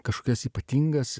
kažkas ypatingas